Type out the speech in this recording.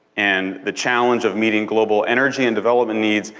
and the challenge of meeting global energy and development needs,